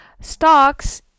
stocks